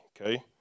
okay